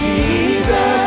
Jesus